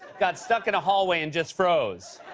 got stuck in a hallway, and just froze.